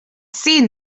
seen